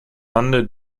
handel